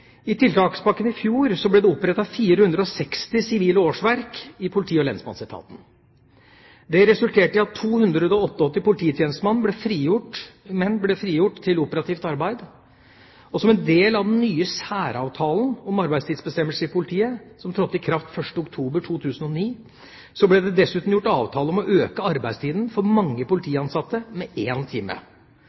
I tiltakspakken i fjor ble det opprettet 460 sivile årsverk i politi- og lensmannsetaten. Det resulterte i at 288 polititjenestemenn ble frigjort til operativt arbeid. Som en del av den nye særavtalen om arbeidstidsbestemmelser i politiet, som trådte i kraft 1. oktober 2009, ble det dessuten gjort avtale om å øke arbeidstida for mange politiansatte med én time. Dette gir en